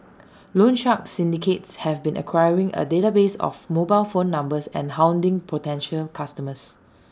loan shark syndicates have been acquiring A database of mobile phone numbers and hounding potential customers